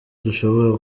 dushobora